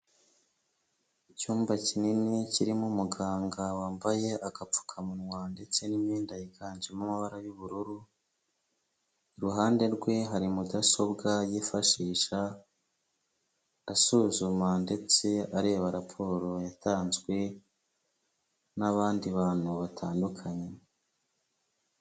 Icyumba kinini kirimo umuganga wambaye agapfukamunwa ndetse n'imyenda yiganjemo amabara y'ubururu. iruhande rwe hari mudasobwa yifashisha asuzuma ndetse areba raporo yatanzwe n'abandi bantu batandukanye.